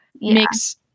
makes